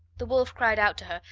the wolf cried out to her,